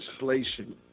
Legislation